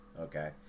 okay